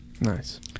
Nice